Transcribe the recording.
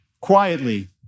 quietly